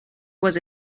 was